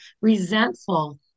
resentful